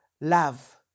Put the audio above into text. love